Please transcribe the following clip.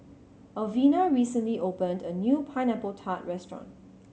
Alvena recently opened a new Pineapple Tart restaurant